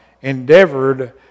endeavored